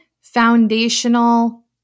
foundational